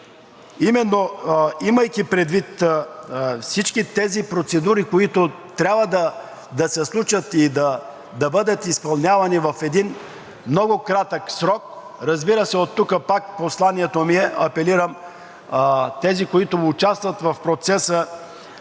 имайки предвид всички тези процедури, които трябва да се случат и да бъдат изпълнявани в един много кратък срок, разбира се, пак посланието ми е и апелирам към тези, които участват в процеса